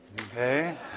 Okay